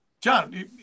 John